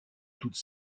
toutes